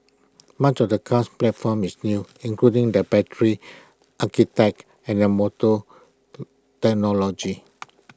much of the car's platform is new including the battery architect and motor technology